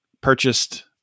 purchased